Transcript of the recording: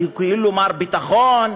שהוא כאילו מר ביטחון,